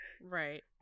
right